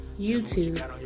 YouTube